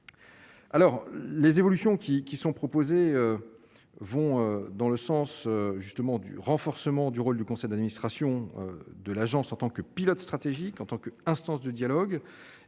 Alors les évolutions qui sont proposées vont dans le sens justement du renforcement du rôle du conseil d'administration de l'Agence en tant que pilote stratégique en tant qu'instance de dialogue